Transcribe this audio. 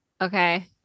Okay